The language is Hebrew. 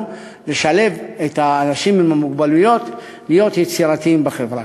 לשלב אנשים עם מוגבלויות להיות יצירתיים בחברה.